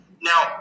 Now